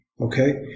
Okay